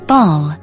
Ball